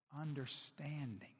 understanding